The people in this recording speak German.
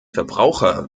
verbraucher